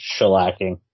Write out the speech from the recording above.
shellacking